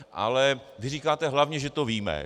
Ale vy říkáte: hlavně že to víme.